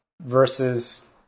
versus